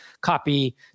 Copy